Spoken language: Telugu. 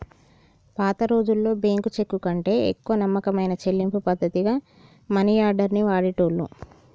పాతరోజుల్లో బ్యేంకు చెక్కుకంటే ఎక్కువ నమ్మకమైన చెల్లింపు పద్ధతిగా మనియార్డర్ ని వాడేటోళ్ళు